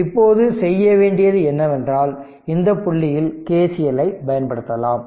இப்போது செய்ய வேண்டியது என்னவென்றால் இந்த புள்ளியில் KCLஐ பயன்படுத்தலாம்